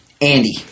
Andy